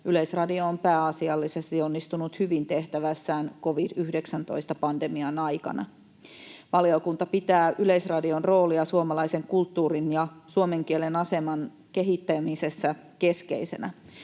Yleisradio on pääasiallisesti onnistunut hyvin tehtävässään covid-19-pandemian aikana. Valiokunta pitää Yleisradion roolia suomalaisen kulttuurin ja suomen kielen aseman kehittämisessä keskeisenä.